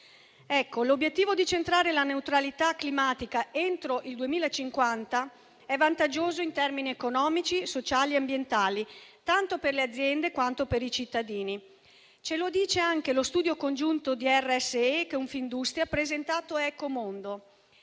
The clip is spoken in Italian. L'obiettivo di centrare la neutralità climatica entro il 2050 è vantaggioso in termini economici, sociali e ambientali, tanto per le aziende, quanto per i cittadini. Ce lo dice anche lo studio congiunto di Ricerca sul sistema energetico